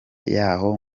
y’aho